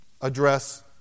address